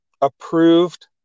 approved